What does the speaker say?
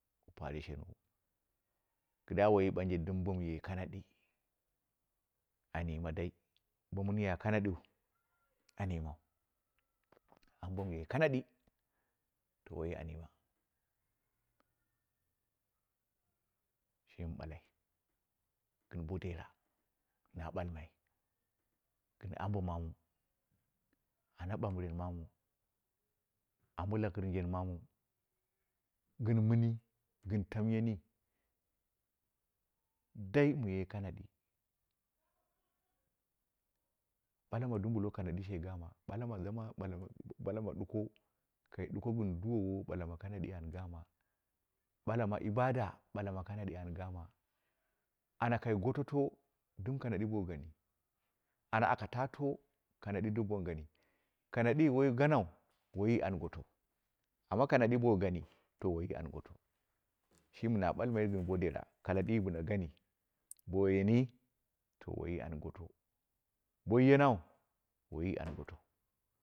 Pare shen wu, gɨda wai yi ɓanje, dimbomi ye kanadi mu yima dai, bo manya kanadiu an yimau, ama bomaye kanadi ti wai an yima, shimi ɓaki gɨn bo dera na balmai, gɨn ambo mamu, ana ɓaɓɨren mamu, ambo lakirjen mamu, gɨn mini gɨn tamyenyi dai muye kanadi, ɓala mu dumbulo kanadi she gama, ɓala ma zama, ɓala ma ɗuko, kai ɗuko gɨn duwawa ɓala ma kanadi au gama, ɓula ma ibada ɓalama kanaɗi an gama, ana kai goto to dim kanadi bo gani, ana aka ta to kanadi dimba gani, kanadii wai ganaui, wai an gotou, amma kanadi bo a geni to waiyi an goto, shimi na ɓalmai gɨn bo dera kanadi bɨla gami, bo yeni to waiyi an goto bo yanau to waiyi an gotou.